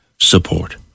support